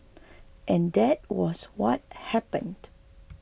and that was what happened